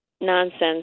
nonsense